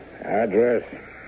Address